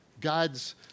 God's